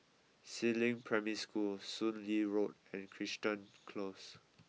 Si Ling Primary School Soon Lee Road and Crichton Close